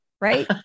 right